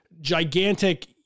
gigantic